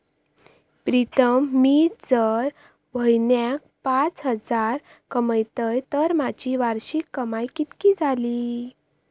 प्रीतम मी जर म्हयन्याक पाच हजार कमयतय तर माझी वार्षिक कमाय कितकी जाली?